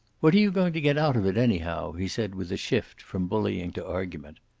what are you going to get out of it, anyhow? he said with a shift from bullying to argument.